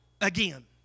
again